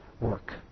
work